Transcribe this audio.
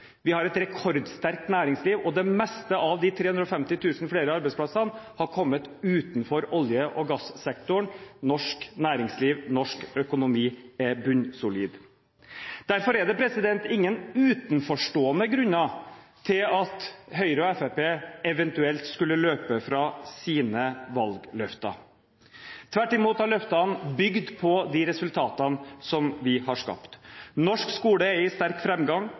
Vi har et rekordsterkt næringsliv, og de fleste av de 350 000 flere arbeidsplassene har kommet utenfor olje- og gassektoren. Norsk næringsliv og norsk økonomi er bunnsolid. Derfor er det ingen utenforstående grunner til at Høyre og Fremskrittspartiet eventuelt skulle løpe fra sine valgløfter. Tvert imot har løftene bygd på de resultatene som vi har skapt. Norsk skole er i sterk